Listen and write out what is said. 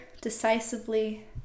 decisively